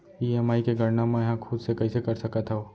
EMI के गड़ना मैं हा खुद से कइसे कर सकत हव?